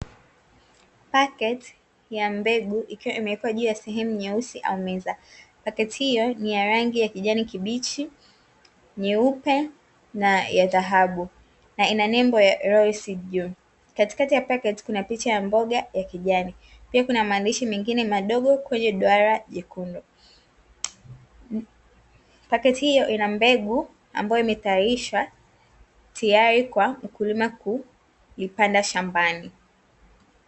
Pakiti ya mbegu ikiwa imewekwa juu ya sehemu nyeusi au meza. Pakiti hiyo ni ya rangi ya kijani kibichi, nyeupe na ya dhahabu; na ina nembo ya (royal seed), juu Katikati ya pakiti kuna picha ya mboga ya kijani, pia kuna maandishi mengine madogo kwenye duara jekundu. Pakiti hiyo ina mbegu ambayo imetayarishwa tayari kwa mkulima kuipanda shambani.